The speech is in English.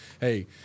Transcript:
hey